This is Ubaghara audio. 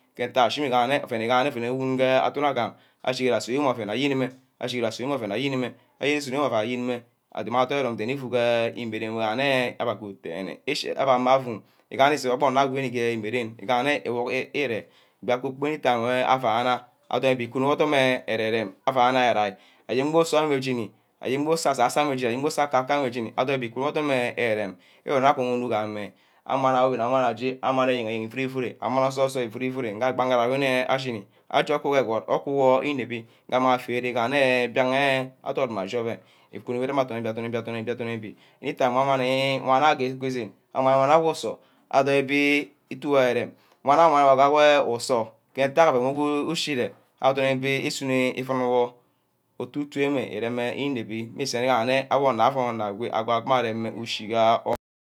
Ashini-igama nne oven who iganne oven owun ke adorn agam. ayereme oven ayerime. asono ireme oven ayereme nni imang adorn erom erom then-ner. íffu ke îmeˈrene woh abeh agot then-ner. íchi amangˈmme afu ke imerene ígaˈnne ke a work work ire. anytíme avane adornibi ikunowor ke areí-rem. ayen uzor akaka ayo jeni ayen bah uzor asazor wey jeni. e may ne arem othon ígbí ke ame. awan ayen ̂eˈvuru vura awan ojoi. ojôi ívuru-vuro nge abang ge arem-mme ashíni. a ku ke egward. edward înebí may shi ga-ene íbîang ayo adot mma ashi oven. ah kuno keˈrem adorn-ebi-adom-ebi everytime uwan are yo íjíck ˈwo ke esen awan wana ayo adorn îbi iju wo eremˈerem. uwana aya ku-bor uwan wor usoh ntack oven wor ke ushi ire adornˈìbe isuno ivun wor. otu utu ame ìremˈme inem-be. mmusu igaha agum anorˈago arem mme íchuha oven